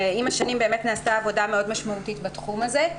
עם השנים נעשתה עבודה מאוד משמעותית בתחום הזה.